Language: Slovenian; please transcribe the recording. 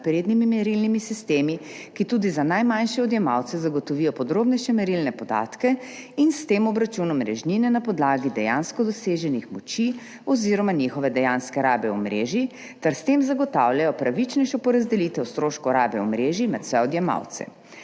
naprednimi merilnimi sistemi, ki tudi za najmanjše odjemalce zagotovijo podrobnejše merilne podatke in s tem obračun omrežnine na podlagi dejansko doseženih moči oziroma njihove dejanske rabe omrežij ter s tem zagotavljajo pravičnejšo porazdelitev stroškov rabe omrežij med vse odjemalce.